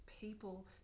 people